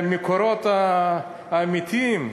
למקורות האמיתיים,